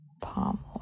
palm